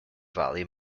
valley